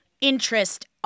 interest